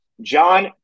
John